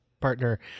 partner